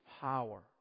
power